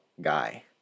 guy